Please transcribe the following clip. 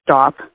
stop